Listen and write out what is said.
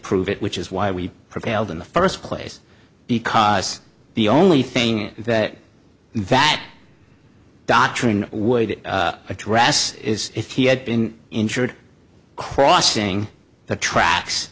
prove it which is why we prevailed in the first place because the only thing is that that doctrine would address is if he had been injured crossing the tracks